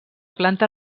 planta